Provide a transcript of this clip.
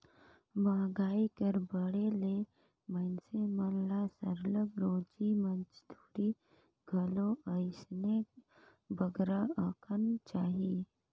मंहगाई कर बढ़े ले मइनसे मन ल सरलग रोजी मंजूरी घलो अइसने बगरा अकन चाही